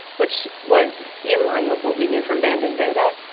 which was in line with what we knew from banding data,